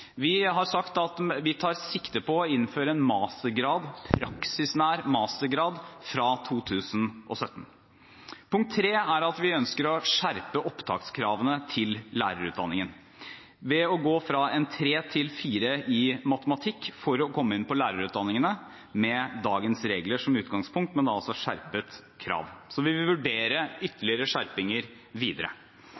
Vi har sagt at vi tar sikte på å innføre en praksisnær mastergrad fra 2017. Punkt 3: Vi ønsker å skjerpe opptakskravene – fra 3 til 4 i matematikk – for å komme inn på lærerutdanningene, med dagens regler som utgangspunkt, men altså med skjerpede krav. Vi vil videre vurdere ytterligere skjerping. Vi